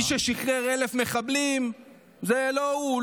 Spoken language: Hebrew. מי ששחרר 1,000 מחבלים זה לא הוא,